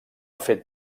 fet